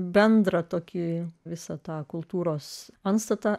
bendrą tokį visą tą kultūros antstatą